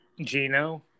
Gino